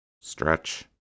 Stretch